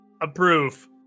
approve